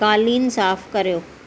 कालिन साफ़ु करियो